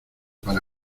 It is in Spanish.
para